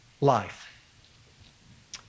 life